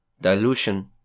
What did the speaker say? Dilution